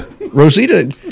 Rosita